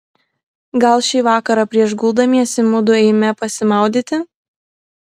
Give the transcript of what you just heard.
gal šį vakarą prieš guldamiesi mudu eime pasimaudyti